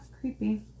creepy